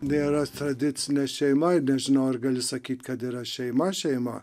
nėra tradicinė šeima ir nežinau ar gali sakyti kad yra šeima šeima